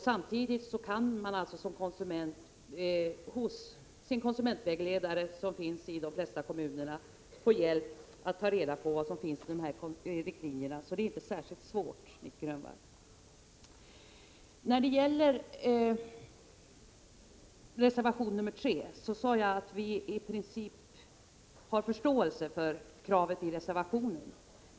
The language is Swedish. Samtidigt kan man som konsument få hjälp av sin konsumentvägledare — en sådan finns i de flesta kommuner — att ta reda på vad som står i riktlinjerna. Det är alltså inte särskilt svårt, Nic Grönvall. När det gällde reservation 3 sade jag att vi i princip har förståelse för kravet ireservationen.